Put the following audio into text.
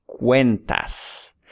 Cuentas